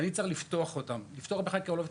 ואני צריך להחליט האם לפתוח בחקירה או לא,